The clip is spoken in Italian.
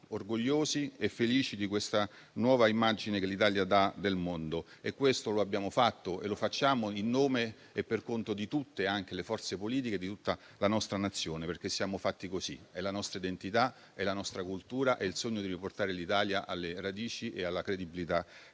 orgogliosi e felici della nuova immagine che l'Italia dà del mondo. Questo lo abbiamo fatto e lo facciamo in nome e per conto di tutte le forze politiche e di tutta la nostra Nazione. Siamo fatti così: è la nostra identità, è la nostra cultura, è il sogno di riportare l'Italia alle radici e alla credibilità